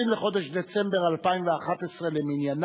20 בחודש דצמבר 2011 למניינם.